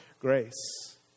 grace